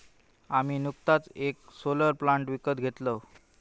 आम्ही नुकतोच येक सोलर प्लांट विकत घेतलव